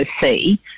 see